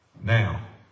now